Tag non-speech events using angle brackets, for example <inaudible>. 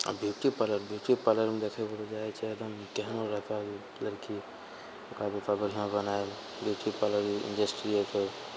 आओर beauty parlour beauty पार्लरमे देखयके हो जाइ छै एकदम केहनो रहतऽ लड़की ओकरा देतऽ बढ़िआँ बना ब्यूटी पार्लर <unintelligible>